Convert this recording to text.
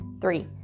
Three